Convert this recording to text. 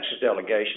delegation